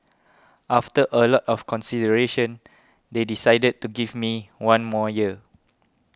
after a lot of consideration they decided to give me one more year